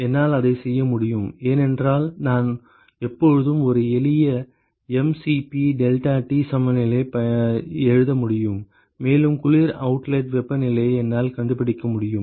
என்னால் அதைச் செய்ய முடியும் ஏனென்றால் நான் எப்போதும் ஒரு எளிய mCp deltaT சமநிலையை எழுத முடியும் மேலும் குளிர் அவுட்லெட் வெப்பநிலையை என்னால் கண்டுபிடிக்க முடியும்